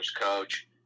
coach